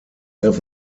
mehr